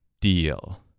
deal